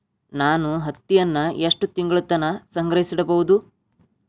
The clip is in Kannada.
ನಾನು ಹತ್ತಿಯನ್ನ ಎಷ್ಟು ತಿಂಗಳತನ ಸಂಗ್ರಹಿಸಿಡಬಹುದು?